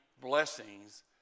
blessings